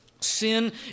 Sin